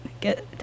get